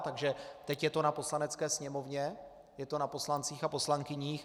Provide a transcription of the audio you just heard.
Takže teď je to na Poslanecké sněmovně, je to na poslancích a poslankyních.